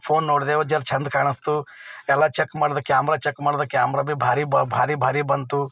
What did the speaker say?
phone ನೋಡಿದೆವು ಜರಾ ಚೆಂದ ಕಾಣಿಸ್ತು ಎಲ್ಲ ಚೆಕ್ ಮಾಡಿದ ಕ್ಯಾಮ್ರ ಚೆಕ್ ಮಾಡಿದ ಕ್ಯಾಮ್ರ ಭೀ ಭಾರಿ ಭಾರಿ ಭಾರಿ ಬಂತು